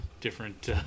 Different